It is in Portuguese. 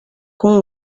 com